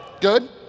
Good